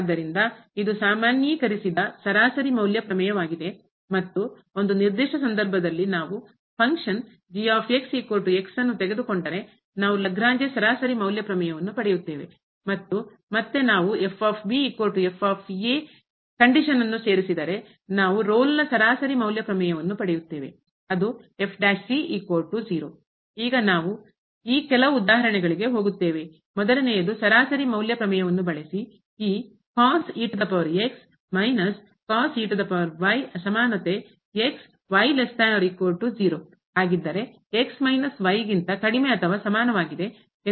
ಆದ್ದರಿಂದ ಇದು ಸಾಮಾನ್ಯೀಕರಿಸಿದ ಸರಾಸರಿ ಮೌಲ್ಯ ಪ್ರಮೇಯವಾಗಿದೆ ಮತ್ತು ಒಂದು ನಿರ್ದಿಷ್ಟ ಸಂದರ್ಭದಲ್ಲಿ ನಾವು ಫಂಕ್ಷನ್ ಕಾರ್ಯ ನ್ನು ತೆಗೆದುಕೊಂಡರೆ ನಾವು ಲಾಗ್ರೇಂಜ್ ಸರಾಸರಿ ಮೌಲ್ಯ ಪ್ರಮೇಯವನ್ನು ಪಡೆಯುತ್ತೇವೆ ಮತ್ತು ಮತ್ತೆ ನಾವು ಸ್ಥಿತಿ ಯನ್ನು ಸೇರಿಸಿದರೆ ನಾವು ರೋಲ್ನ ಸರಾಸರಿ ಮೌಲ್ಯ ಪ್ರಮೇಯವನ್ನು ಪಡೆಯುತ್ತೇವೆ ಅದು ಈಗ ನಾವು ಈ ಕೆಲವು ಉದಾಹರಣೆಗಳಿಗೆ ಹೋಗುತ್ತೇವೆ ಮೊದಲನೆಯದು ಸರಾಸರಿ ಮೌಲ್ಯ ಪ್ರಮೇಯವನ್ನು ಬಳಸಿ ಈ ಆಗಿದ್ದರೆ ಗಿಂತ ಕಡಿಮೆ ಅಥವಾ ಸಮಾನವಾಗಿದೆ ಎಂದು ನಾವು ತೋರಿಸುತ್ತೇವೆ